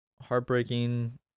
heartbreaking